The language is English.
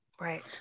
Right